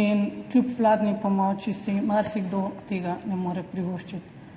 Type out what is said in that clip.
in kljub vladni pomoči si marsikdo tega ne more privoščiti.